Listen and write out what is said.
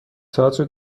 تئاتر